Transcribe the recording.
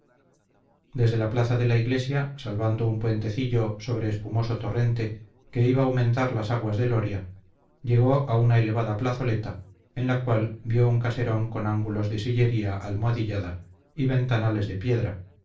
desde la plaza de la iglesia salvando un puentecillo sobre espumoso torrente que iba a aumentar las aguas del oria llegó a una elevada plazoleta en la cual vio un caserón con ángulos de sillería almohadillada y ventanales de piedra